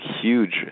huge